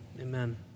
amen